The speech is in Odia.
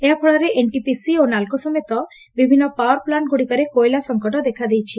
ଏହା ଫଳରେ ଏନ୍ଟିପିସି ଓ ନାଲ୍କୋ ସମେତ ବିଭିନ୍ନ ପାଓ୍ୱାର୍ ପ୍ଲାକ୍ଷଗୁଡ଼ିକରେ କୋଇଲା ସଙ୍କଟ ଦେଖାଦେଇଛି